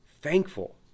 thankful